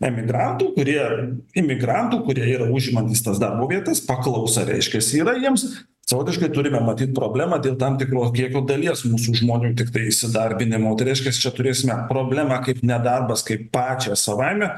emigrantų ir imigrantų kurie yra užimantys tas darbo vietas paklausą reiškiasi yra jiems savotiškai turime matyt problemą dėl tam tikro kiekio dalies mūsų žmonių tiktai įsidarbinimo tai reiškias čia turėsime problemą kaip nedarbas kaip pačią savaime